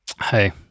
Hey